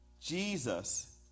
Jesus